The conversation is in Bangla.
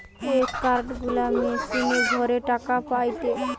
এ কার্ড গুলা মেশিনে ভরে টাকা পায়টে